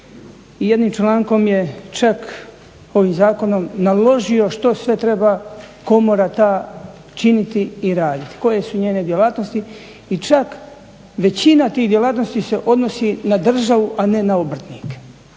i jednim člankom je čak ovim zakonom naložio što sve treba komora ta činiti i raditi, koje su njene djelatnosti i čak većina tih djelatnosti se odnosi na državu, a ne na obrtnike.